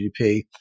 GDP